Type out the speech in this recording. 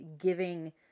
giving